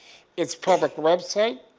its public website,